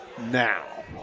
now